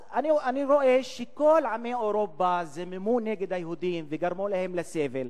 אז אני רואה שכל עמי אירופה זממו נגד היהודים וגרמו להם סבל.